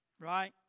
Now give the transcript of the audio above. right